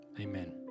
Amen